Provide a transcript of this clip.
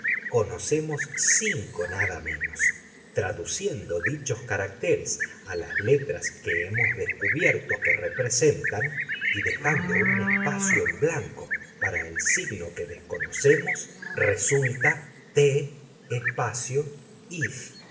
conocemos cinco nada menos traduciendo dichos caracteres a las letras que hemos descubierto que representan y dejando un espacio en blanco para el signo que desconocemos resulta t eeth